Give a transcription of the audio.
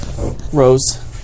Rose